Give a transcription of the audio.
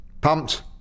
pumped